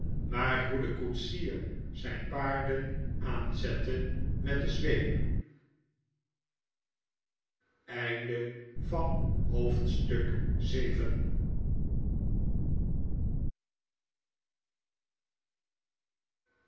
maar hoe de koetsier zijn paarden aanzette met de zweep hoofdstuk